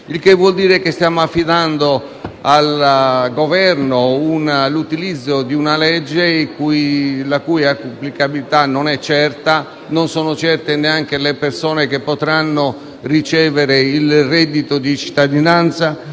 Questo vuol dire che stiamo affidando al Governo l'utilizzo di una legge la cui applicabilità non è certa, non sono certe neanche le persone che potranno ricevere il reddito di cittadinanza,